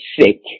sick